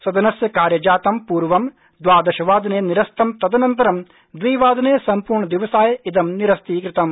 सदनस्य कार्यजातं पूर्व द्वादशवादने निरस्तं तदनन्तरं द्विवादने सम्पूर्णदिवसाय इदं निरस्तीकृतम्